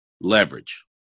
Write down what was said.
leverage